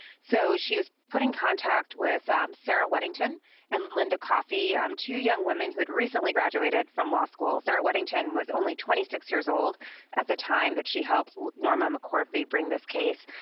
so she was put in contact with um sarah weddington and linda coffee, um two young women who had recently graduated from law school. sarah weddington was only twenty six years old at the time she helped norma mccorvey bring this case.